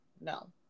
No